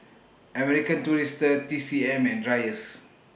American Tourister T C M and Dreyers